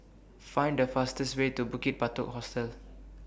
Find The fastest Way to Bukit Batok Hostel